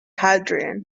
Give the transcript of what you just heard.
hadrian